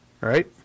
right